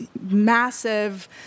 massive